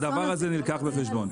הדבר הזה נלקח בחשבון.